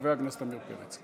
חבר הכנסת עמיר פרץ.